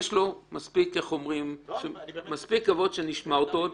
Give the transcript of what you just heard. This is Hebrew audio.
באמת, יש לו מספיק כבוד שנשמע אותו עוד.